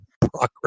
progress